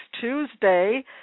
Tuesday